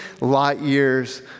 light-years